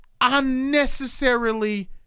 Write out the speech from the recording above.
unnecessarily